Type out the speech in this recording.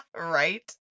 Right